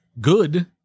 good